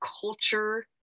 culture